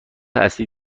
اصلی